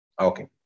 Okay